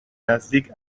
نزدیک